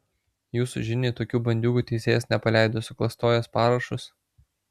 jūsų žiniai tokių bandiūgų teisėjas nepaleido suklastojęs parašus